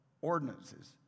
ordinances